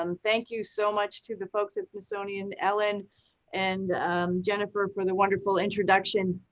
um thank you so much to the folks at smithsonian, ellen and jennifer for the wonderful introduction.